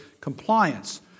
compliance